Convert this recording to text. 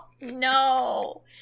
No